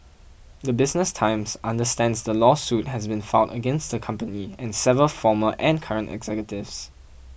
the Business Times understands the lawsuit has been filed against the company and seven former and current executives